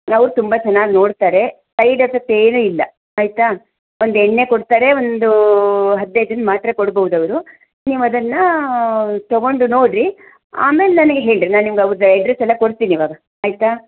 ಅವ್ರು ತುಂಬ ಚೆನ್ನಾಗಿ ನೋಡ್ತಾರೆ ಸೈಡ್ ಎಫೆಕ್ಟ್ ಏನು ಇಲ್ಲ ಆಯಿತಾ ಒಂದು ಎಣ್ಣೆ ಕೊಡ್ತಾರೆ ಒಂದು ಹದಿನೈದು ದಿನದ ಮಾತ್ರೆ ಕೊಡಬೌದವ್ರು ನೀವದನ್ನು ತಗೊಂಡು ನೋಡಿರಿ ಆಮೇಲೆ ನನಗೆ ಹೇಳಿರಿ ನಾನು ನಿಮಗೆ ಅವ್ರದು ಅಡ್ರೆಸ್ ಎಲ್ಲ ಕೊಡ್ತೀನಿ ಈವಾಗ ಆಯಿತಾ